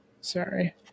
Sorry